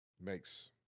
makes